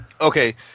Okay